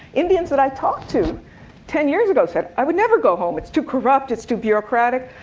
indians that i talked to ten years ago said, i would never go home, it's too corrupt, it's too bureaucratic.